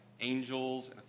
angels